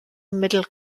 middle